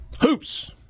Hoops